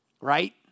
right